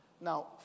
Now